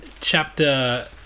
chapter